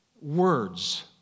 words